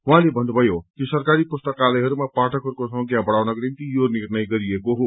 उहाँले भन्नुभयो कि सरकारी पुस्तकालयहरूमा पाठकहरूको संख्या बढ़ाउनको निम्ति यो निर्णय गरिएको हो